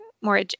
more